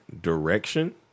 direction